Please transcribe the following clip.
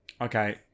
Okay